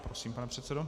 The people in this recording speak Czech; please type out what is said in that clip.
Prosím, pane předsedo.